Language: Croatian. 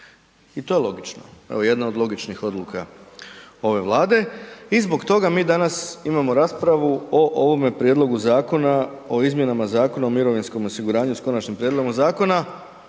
i to je logično. Evo jedna od logičnih odluka ove Vlade i zbog toga mi danas imamo raspravu o ovome prijedlogu Zakona o izmjenama Zakona o mirovinskom osiguranju s konačnim prijedlogom zakona